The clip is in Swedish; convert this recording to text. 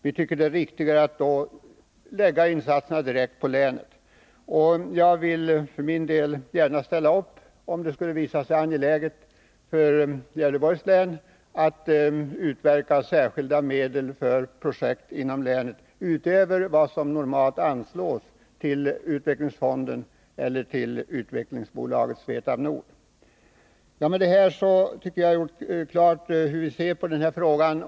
Vi tycker att det är riktigare att lägga insatserna direkt på länet. För min del ställer jag gärna upp för Gävleborgs län när det gäller att utverka särskilda medel för projekt inom länet, utöver vad som normalt anslås till utvecklingsfonden eller till utvecklingsbolaget Svetab Nord. Jag hoppas att jag härmed klargjort hur vi i utskottet ser på frågan.